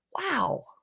Wow